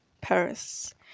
Paris